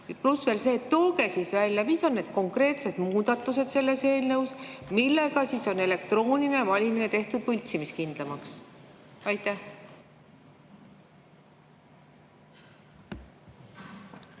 Pluss veel see, et tooge välja, mis on need konkreetsed muudatused selles eelnõus, millega on elektroonilised valimised tehtud võltsimiskindlamaks. Ma